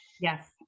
Yes